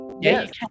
Yes